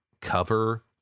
cover